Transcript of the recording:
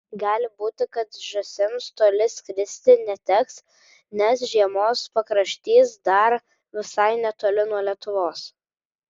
gali būti kad žąsims toli skristi neteks nes žiemos pakraštys dar visai netoli nuo lietuvos